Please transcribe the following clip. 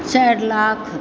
चारि लाख